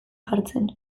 jartzen